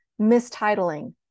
mistitling